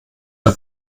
der